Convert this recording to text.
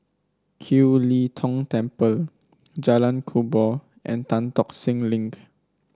Kiew Lee Tong Temple Jalan Kubor and Tan Tock Seng Link